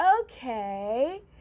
okay